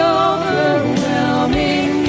overwhelming